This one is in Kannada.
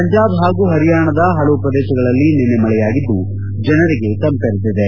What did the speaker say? ಪಂಜಾಬ್ ಹಾಗೂ ಹರಿಯಾಣದ ಹಲವು ಪ್ರದೇಶಗಳಲ್ಲಿ ನಿನ್ನೆ ಮಳೆಯಾಗಿದ್ದು ಜನರಿಗೆ ತಂಪೆರೆದಿದೆ